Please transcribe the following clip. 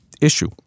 issue